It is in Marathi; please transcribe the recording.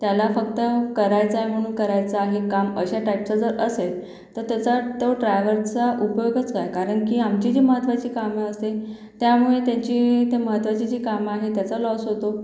त्याला फक्त करायचाय म्हणून करायचा हे काम अशा टाईपचं जर असेल तर त्याचा तो ट्रॅवलचा उपयोगच काय कारण की आमची जी महत्त्वाची काम असेल त्यामुळे त्याची ते महत्त्वाची जी काम आहेत त्याचा लॉस होतो